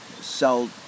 sell